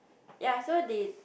ya so they